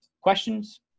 Questions